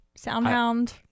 SoundHound